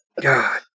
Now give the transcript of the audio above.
God